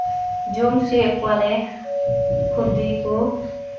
ᱡᱚᱢ ᱦᱚᱪᱚᱭᱮᱫ ᱠᱚᱣᱟ ᱞᱮ ᱠᱷᱚᱫᱤ ᱠᱚ